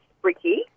Ricky